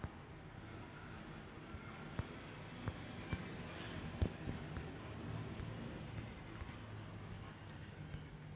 ya it's wong so basically in um deadly class right um there is about um a group of people like youths